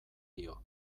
dio